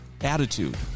attitude